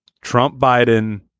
Trump-Biden